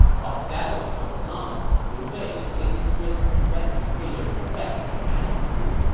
while that was going on, liu bei and lady sun went to pay their respects to madame wu